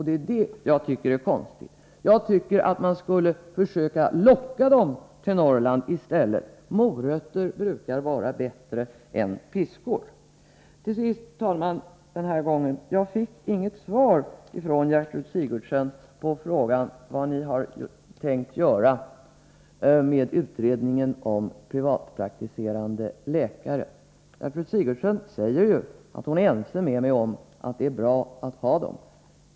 Det är det jag tycker är konstigt. Jag tycker att man skulle försöka locka dem till Norrland i stället. Morötter brukar vara bättre än piskor. Till sist, herr talman. Jag fick inget svar från Gertrud Sigurdsen på frågan vad man har tänkt göra med utredningen om privatpraktiserande läkare. Gertrud Sigurdsen säger att hon är ense med mig om att det är bra att ha dem.